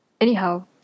Anyhow